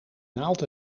naald